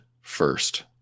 first